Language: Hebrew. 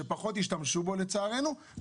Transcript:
שפחות ישתמשו בו לצערנו,